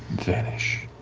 vanish.